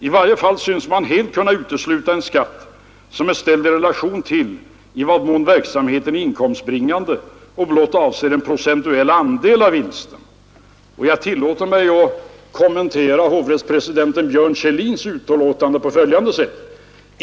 I varje fall synes man helt kunna utesluta en skatt som är ställd i relation till i vad mån verksamheten är inkomstbringande och blott avser en procentuell andel av vinsten.” Jag tillåter mig att kommentera hovrättspresidenten Björn Kjellins uttalande på följande sätt.